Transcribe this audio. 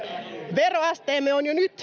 veroasteemme on jo nyt